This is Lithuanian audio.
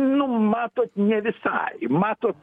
nu matot ne visai matot